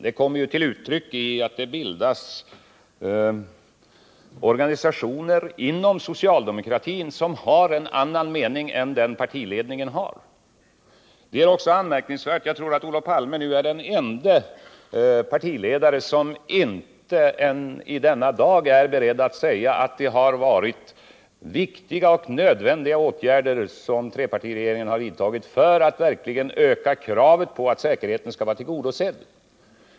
Det kommer ju till uttryck i att det bildas organisationer inom socialdemokratin som har en annan mening än den partiledningen har. En annan sak som jag också finner anmärkningsvärd: Jag tror att Olof Palme nu är den ende partiledare som än i denna dag inte är beredd att medge att det har varit viktiga och nödvändiga åtgärder som trepartiregeringen vidtagit för att verkligen hävda kravet på att säkerheten skall vara tillgodosedd.